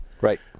right